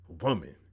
woman